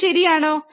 അതു ശരിയാണോ